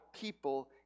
people